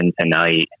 tonight